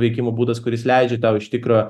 veikimo būdas kuris leidžia tau iš tikro